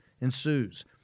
ensues